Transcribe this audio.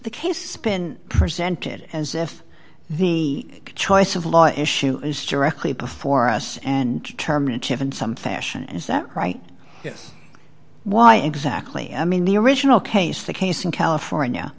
the case spin presented as if the choice of law issue is directly before us and to terminate seven some fashion is that right why exactly i mean the original case the case in california